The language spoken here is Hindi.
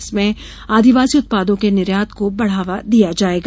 इसमें आदिवासी उत्पादों के निर्यात को बढ़ावा दिया जाएगा